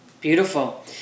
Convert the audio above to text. Beautiful